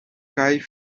kaj